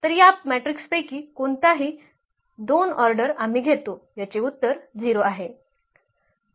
तर या मॅट्रिक्सपैकी कोणताही 2 ऑर्डर आम्ही घेतो याचे उत्तर 0 आहे